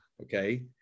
Okay